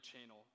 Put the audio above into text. channel